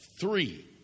three